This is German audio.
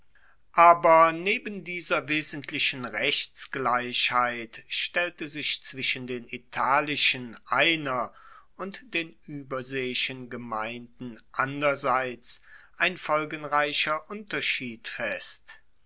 aber neben dieser wesentlichen rechtsgleichheit stellte sich zwischen den italischen einer und den ueberseeischen gemeinden andererseits ein folgenreicher unterschied fest